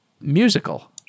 musical